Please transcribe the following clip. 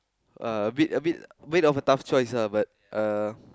uh a bit a bit a bit of a tough choice lah but uh